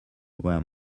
were